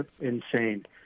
insane